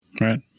Right